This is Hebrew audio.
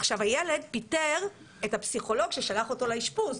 הילד פיטר את הפסיכולוג ששלח אותו לאשפוז,